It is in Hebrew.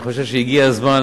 אני חושב שהגיע הזמן,